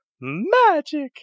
magic